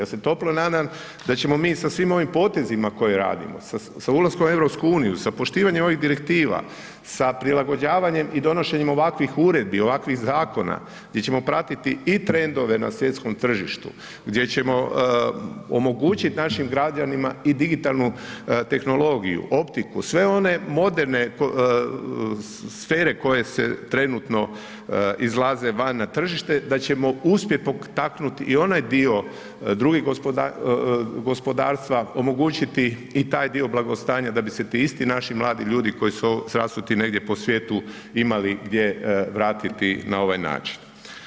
Ja se toplo nadam da ćemo mi sa svim ovim potezima koje radimo, sa ulaskom u EU, sa poštivanjem ovih direktiva, sa prilagođavanjem i donošenjem ovakvih uredbi, ovakvih zakona, gdje ćemo pratiti i trendove na svjetskom tržištu, gdje ćemo omogućiti našim građanima i digitalnu tehnologiju, optiku, sve one moderne sfere koje se trenutno izlaze van na tržište, da ćemo uspjeti potaknuti i onaj dio drugi gospodarstva, omogućiti i taj dio blagostanja da bi se ti isti naši mladi ljudi koji su rasuti negdje po svijetu imali gdje vratiti na ovaj način.